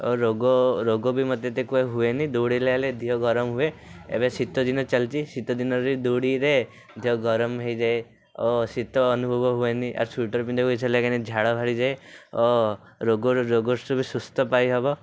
ଓ ରୋଗ ରୋଗ ବି ମୋତେ ଏତେ ହୁଏନି ଦୌଡ଼ିଲେ ହେଳେ ଦିହ ଗରମ ହୁଏ ଏବେ ଶୀତଦିନ ଚାଲିଛି ଶୀତଦିନରେ ଦୌଡ଼ିଲେ ଦେହ ଗରମ ହେଇଯାଏ ଓ ଶୀତ ଅନୁଭବ ହୁଏନି ଆଉ ସୁଇଟର୍ ପିନ୍ଧିବାକୁ ଇଛା ଲାଗେନି ଝାଳ ବାହାରି ଯାଏ ଓ ରୋଗ ରୁ ରୋଗ ବି ସୁସ୍ଥ ପାଇ ହବ